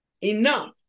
enough